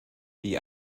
die